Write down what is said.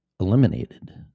eliminated